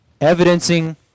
evidencing